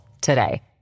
today